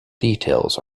details